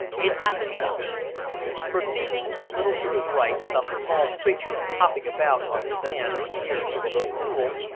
it happened thus perceiving, a little to his right, some small creature hopping about on the sand near to a little pool,